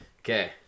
Okay